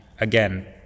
again